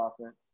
offense